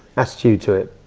attitude to it.